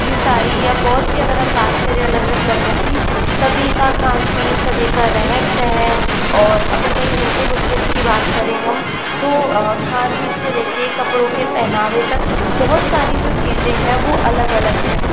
ईसाई या बौद्ध की अगर हम बात करें अलग अलग धर्मों की सभी का खान पीना सभी का रहन सहन और अगर वहीं हिंदू मुस्लिम की बात करें हम तो खान पीन से लेकर कपड़ों के पहनावे तक बहुत सारी जो चीज़ें हैं वो अलग अलग हैं